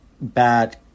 bad